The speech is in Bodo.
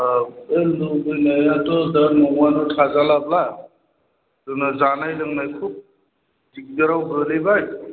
दा न'आनो थाजालाब्ला जोंना जानाय लोंनाय खुब दिग्दारआव गोग्लैबाय